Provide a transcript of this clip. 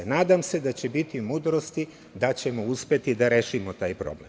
Nadam se da će biti mudrosti, da ćemo uspeti da rešimo taj problem.